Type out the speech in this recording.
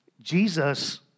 Jesus